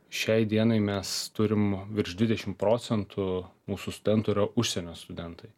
šiai dienai mes turim virš dvidešimt procentų mūsų studentų yra užsienio studentai